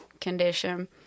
condition